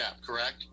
correct